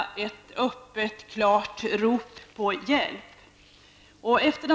Det var ett klart rop på hjälp från sovjetisk sida.